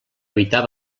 evitar